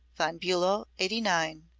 von bulow eighty nine,